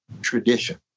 tradition